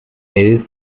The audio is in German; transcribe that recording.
elf